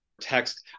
text